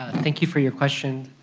ah thank you for your question.